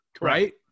right